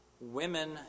Women